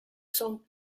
song